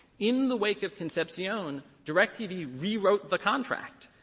in the wake of concepcion, directv rewrote the contract.